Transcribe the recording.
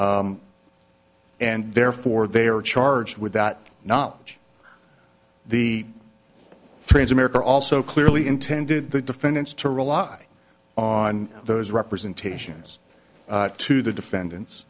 and therefore they are charged with that knowledge the transamerica also clearly intended the defendants to rely on those representations to the defendant